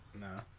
No